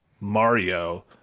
mario